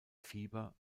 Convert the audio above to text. fieber